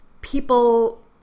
people